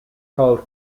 called